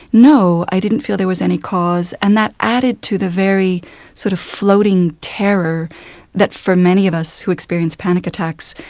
no, i didn't feel there was any cause and that added to the very sort of floating terror that, for many of us that experience panic attacks,